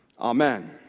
Amen